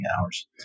hours